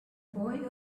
boy